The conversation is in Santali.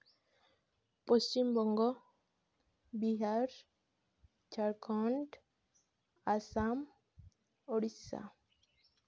ᱯᱚᱪᱷᱤᱢ ᱵᱚᱝᱜᱚ ᱵᱤᱦᱟᱨ ᱡᱷᱟᱲᱠᱷᱚᱸᱰ ᱟᱥᱟᱢ ᱳᱰᱤᱥᱟ